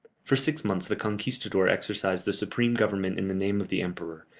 for six months the conquistador exercised the supreme government in the name of the emperor,